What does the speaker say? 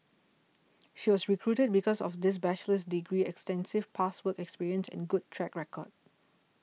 she was recruited because of this bachelor's degree extensive past work experience and good track record